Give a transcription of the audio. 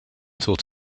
thought